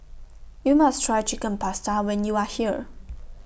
YOU must Try Chicken Pasta when YOU Are here